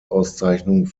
auszeichnung